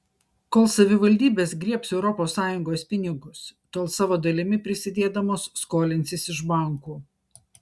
kol savivaldybės griebs europos sąjungos pinigus tol savo dalimi prisidėdamos skolinsis iš bankų